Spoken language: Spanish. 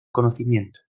conocimiento